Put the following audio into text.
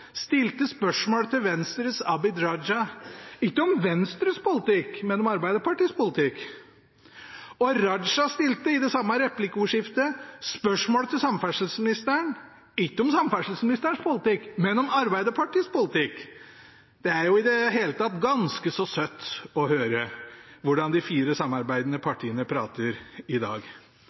stilte spørsmål til Venstres Abid Q. Raja, ikke om Venstres politikk, men om Arbeiderpartiets politikk. Og representanten Raja stilte i det samme replikkordskiftet spørsmål til samferdselsministeren, ikke om samferdselsministerens politikk, men om Arbeiderpartiets politikk. Det er i det hele tatt ganske så søtt å høre hvordan de fire samarbeidende partiene prater i dag.